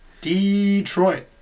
Detroit